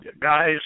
guys